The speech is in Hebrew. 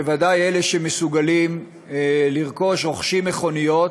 בוודאי אלה שמסוגלים לרכוש, רוכשים מכוניות